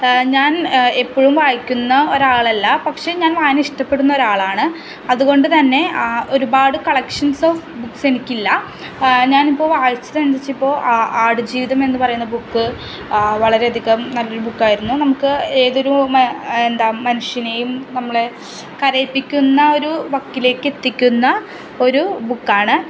ഞാൻ എപ്പോഴും വായിക്കുന്ന ഒരാൾ അല്ല പക്ഷേ ഞാൻ വായന ഇഷ്ടപ്പെടുന്ന ഒരാൾ ആണ് അതുകൊണ്ട് തന്നെ ആ ഒരുപാട് കളക്ഷൻസ് ഓഫ് ബുക്ക്സ് എനിക്ക് ഇല്ല ഞാൻ ഇപ്പം വായിച്ചിട്ടെന്തിച്ചിപ്പൊ ആട് ജീവിതം എന്ന് പറയുന്ന ബുക്ക് വളരെ അധികം നല്ല ഒരു ബുക്കായിരുന്നു നമുക്ക് ഏതൊരു എന്താണ് മനുഷ്യനേയും നമ്മളെ കരയിപ്പിക്കുന്ന ഒരു വക്കിലേക്കെത്തിക്കുന്ന ഒരു ബുക്കാണ്